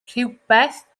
rhywbeth